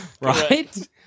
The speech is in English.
Right